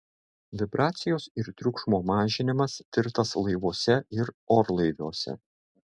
vibracijos ir triukšmo mažinimas tirtas laivuose ir orlaiviuose